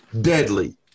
deadly